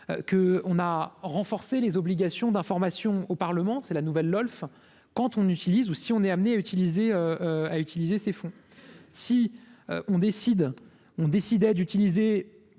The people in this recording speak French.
que, on a renforcé les obligations d'information au Parlement, c'est la nouvelle Lolfe quand on utilise ou si on est amené à utiliser à utiliser ces fonds si on décide on décidait d'utiliser